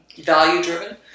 value-driven